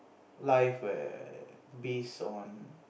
life where base on